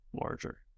larger